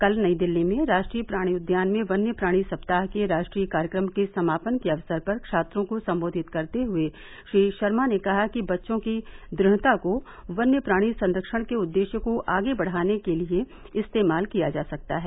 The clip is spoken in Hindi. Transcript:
कल नई दिल्ली में राष्ट्रीय प्राणी उद्यान में वन्य प्राणी सप्ताह के राष्ट्रीय कार्यक्रम के समापन के अवसर पर छात्रों को संबोधित करते हए श्री शर्मा ने कहा कि बच्चों की दुढ़ता को वन्य प्राणी संरक्षण के उद्देश्य को आगे बढ़ाने के लिए इस्तेमाल किया जा सकता है